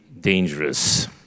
dangerous